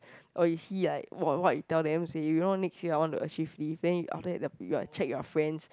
oh you see like what what you tell them say you know next year I want to achieve this then you after that you you are check your friends